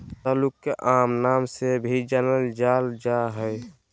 रतालू के आम नाम से भी जानल जाल जा हइ